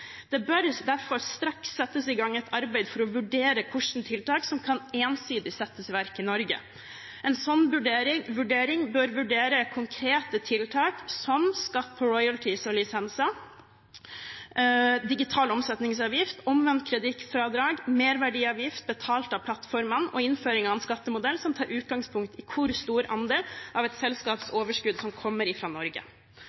Det bør derfor straks settes i gang et arbeid for å vurdere hvilke tiltak som ensidig kan settes i verk i Norge. En slik vurdering bør se på konkrete tiltak som skatt på royalties og lisenser, digital omsetningsavgift, omvendt kreditfradrag, merverdiavgift betalt av plattformene og innføring av en skattemodell som tar utgangspunkt i hvor stor andel av et selskaps